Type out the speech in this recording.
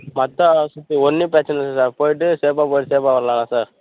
மற்ற ஆ ஒன்றும் பிரச்சனை இல்லை சார் போயிட்டு சேப்பா போயிட்டு சேப்பா வரலாங்க சார்